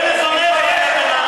תתבייש לך.